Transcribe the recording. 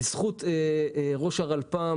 בזכות ראש הרלפ"ם,